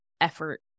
effort